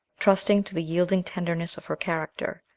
trusting to the yielding tenderness of her character,